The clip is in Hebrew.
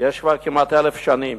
כבר כמעט 1,000 שנים